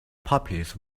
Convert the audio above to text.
puppies